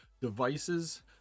devices